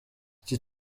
iki